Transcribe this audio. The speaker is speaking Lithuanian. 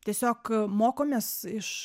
tiesiog mokomės iš